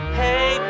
hey